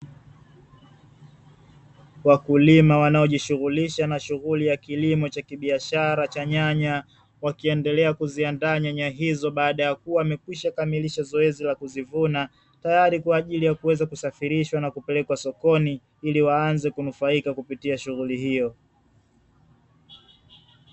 Wakulima wanaojishughulisha na shughuli ya kilimo cha kibiashara cha nyanya wakiendelea kuziandaa nyanya hizo baada ya kuwa wamekwisha kamilisha zoezi la kuzivuna. Tayari kwa ajili ya kuweza kusafirishwa na kupelekwa sokoni ili waanze kunufaika kupitia shughuli hiyo.